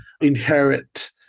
inherit